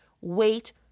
Wait